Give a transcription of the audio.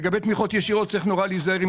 לגבי תמיכות ישירות צריך מאוד להיזהר עם